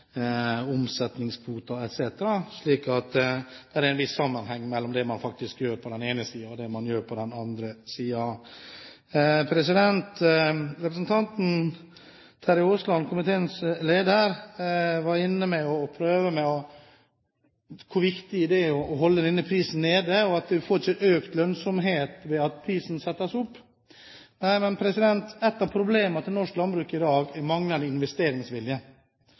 er altså en viss sammenheng mellom det man gjør på den ene siden, og det man gjør på den andre siden. Representanten Terje Aasland, komiteens leder, var inne på hvor viktig det er å holde prisen nede, og at man ikke får økt lønnsomhet ved at prisen settes opp. Nei, men ett av problemene til norsk landbruk i dag, er manglende investeringsvilje.